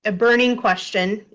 and burning question,